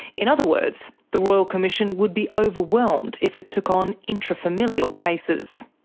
in other words, the royal commission would be overwhelmed if it took on intrafamilial cases.